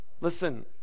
Listen